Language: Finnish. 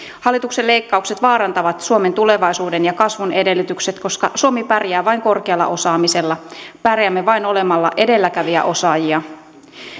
hallituksen leikkaukset vaarantavat suomen tulevaisuuden ja kasvun edellytykset koska suomi pärjää vain korkealla osaamisella pärjäämme vain olemalla edelläkävijäosaajia